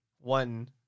one